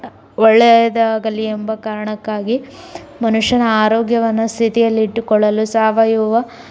ಒಳ್ಳೆಯದಾಗಲಿ ಎಂಬ ಕಾರಣಕ್ಕಾಗಿ ಮನುಷ್ಯನ ಆರೋಗ್ಯವನ್ನು ಸ್ಥಿತಿಯಲ್ಲಿಟ್ಟುಕೊಳ್ಳಲು ಸಾವಯವ